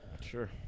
Sure